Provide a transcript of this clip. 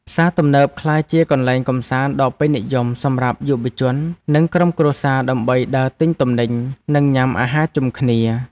ផ្សារទំនើបក្លាយជាកន្លែងកម្សាន្តដ៏ពេញនិយមសម្រាប់យុវជន និងក្រុមគ្រួសារដើម្បីដើរទិញទំនិញ និងញ៉ាំអាហារជុំគ្នា។